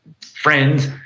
friends